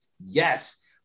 Yes